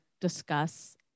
discuss